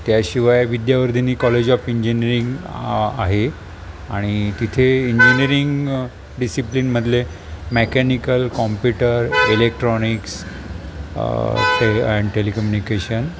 त्या शिवाय Vidyavardhini college of engineering आहे आणि तिथे इंजिनिअरिंग डिसिप्लिनमधले मॅकॅनिकल कॉम्प्युटर इलेक्ट्रॉनिक्स टे अँड टेलिकम्युनिकेशन